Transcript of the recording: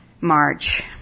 March